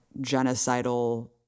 genocidal